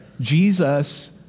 Jesus